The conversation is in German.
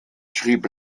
schrieb